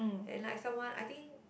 and like someone I think